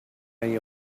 you